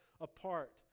apart